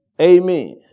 Amen